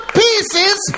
pieces